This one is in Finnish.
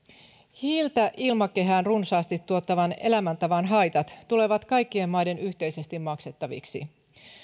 hiiltä ilmakehään runsaasti tuottavan elämäntavan haitat tulevat kaikkien maiden yhteisesti maksettaviksi